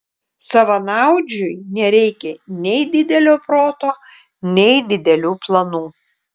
savanaudžiui nereikia nei didelio proto nei didelių planų